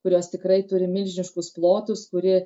kurios tikrai turi milžiniškus plotus kuri